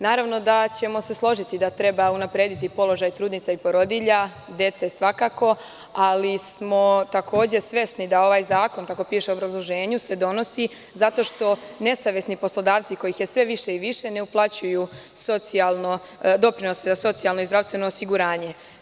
Naravno, da ćemo se složiti da treba unaprediti položaj trudnica i porodilja, dece, ali smo takođe svesni da ovaj zakon kako piše u obrazloženju se donosi zato što nesavesni poslodavci koji je sve više ne uplaćuju doprinose za socijalno i zdravstveno osiguranje.